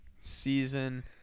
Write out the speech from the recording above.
season